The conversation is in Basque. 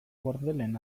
bordelen